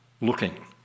looking